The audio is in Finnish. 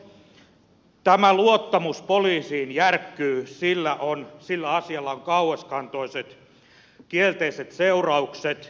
mutta jos tämä luottamus poliisiin järkkyy sillä asialla on kauaskantoiset kielteiset seuraukset